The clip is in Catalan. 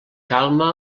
calma